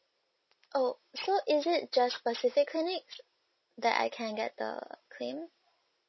oh so is it just specific clinics that I can get the claim